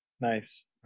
Nice